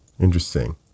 interesting